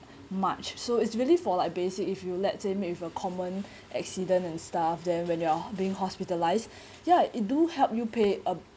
much so it's really for like basic if you let say met with a common accident and stuff then when you're being hospitalised ya it do help you pay a